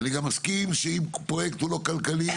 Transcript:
ואני גם מסכים שאם פרויקט הוא לא כלכלי,